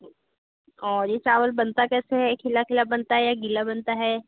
और यह चावल बनता कैसे है खिला खिला बनता है या गीला बनता है